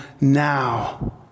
now